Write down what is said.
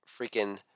freaking